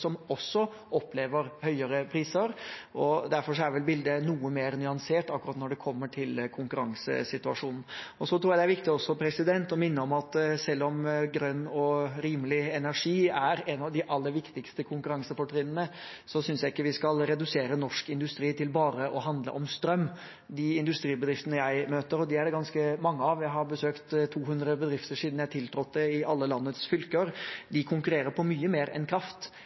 som også opplever høyere priser. Derfor er vel bildet noe mer nyansert akkurat når det kommer til konkurransesituasjonen. Jeg tror også det er viktig å minne om at selv om grønn og rimelig energi er et av de aller viktigste konkurransefortrinnene, syns jeg ikke vi skal redusere norsk industri til bare å handle om strøm. De industribedriftene jeg møter – og de er det ganske mange av, jeg har besøkt 200 bedrifter siden jeg tiltrådte, i alle landets fylker – konkurrerer på mye mer enn kraft.